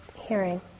hearing